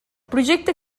projecte